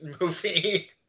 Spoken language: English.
movie